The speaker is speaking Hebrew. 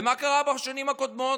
ומה קרה בשנים הקודמות?